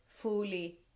fully